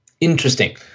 interesting